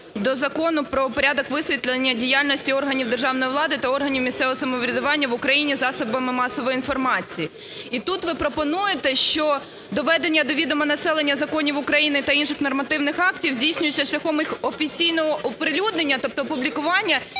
до Закону "Про порядок висвітлення діяльності органів державної влади та органів місцевого самоврядування в Україні засобами масової інформації". І тут ви пропонуєте, що доведення до відома населення законів України та інших нормативних актів здійснюється шляхом їх офіційного оприлюднення, тобто опублікування,